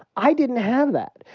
i didn't have that.